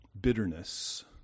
bitterness